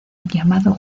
llamado